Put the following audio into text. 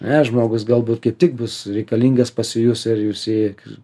ne žmogus galbūt kaip tik bus reikalingas pasijus ir jūs jį